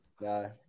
No